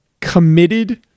committed